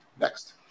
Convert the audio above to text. Next